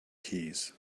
keys